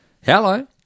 Hello